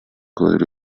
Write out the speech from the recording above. good